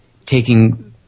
taking